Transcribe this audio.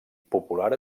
popular